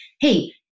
hey